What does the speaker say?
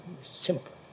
simple